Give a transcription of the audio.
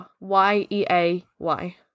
Y-E-A-Y